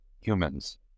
humans